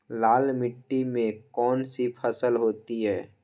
लाल मिट्टी में कौन सी फसल होती हैं?